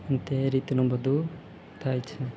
તે રીતનું બધું થાય છે